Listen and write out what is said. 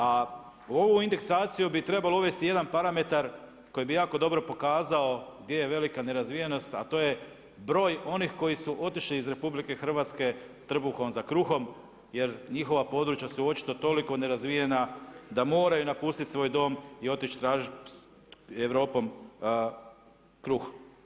A u ovu indeksaciju bi trebalo uvesti jedan parametar koji bi jako dobro pokazao gdje je velika nerazvijenost a to je broj onih koji su otišli iz RH trbuhom za kruhom jer njihova područja su očito toliko nerazvijena da moraju napustiti svoj dom i otići tražiti Europom kruh.